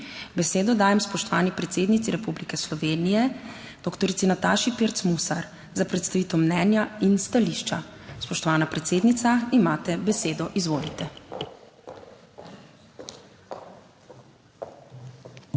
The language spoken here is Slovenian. Besedo dajem spoštovani predsednici Republike Slovenije doktorici Nataši Pirc Musar za predstavitev mnenja in stališča. Spoštovana predsednica, imate besedo. Izvolite.